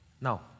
Now